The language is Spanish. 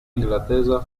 inglaterra